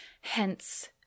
hence